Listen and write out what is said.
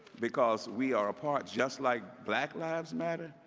because we are a part, just like black lives matter,